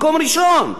מקום ראשון.